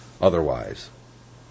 otherwise